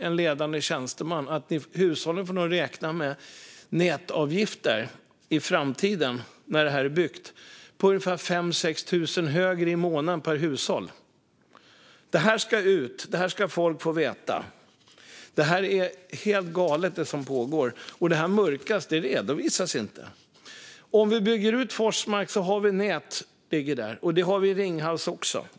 En ledande tjänsteman där har berättat att hushållen i framtiden, när detta är byggt, nog får räkna med nätavgifter som är 5 000-6 000 kronor högre per hushåll i månaden. Detta ska folk få veta. Det som pågår är helt galet. Det mörkas och redovisas inte. Om vi bygger ut Forsmark har vi nät där som går att använda, och det har vi i Ringhals också.